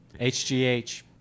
HGH